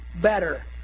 better